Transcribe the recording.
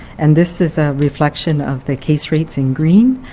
and this is a reflection of the case rates in green,